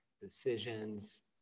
decisions